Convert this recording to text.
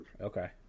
Okay